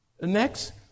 Next